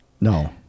no